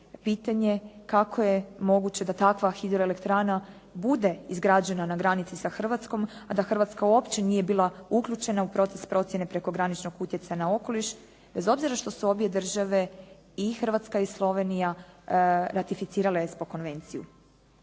pitanje kako je moguće da takva hidroelektrana bude izgrađena na granici sa Hrvatskom a da Hrvatska uopće nije bila uključena u proces procjene prekograničnog utjecaja na okoliš bez obzira što su obje države i Hrvatska i Slovenija ratificirale ESPO konvenciju.